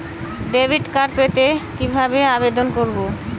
Debit card পেতে কিভাবে আবেদন করব?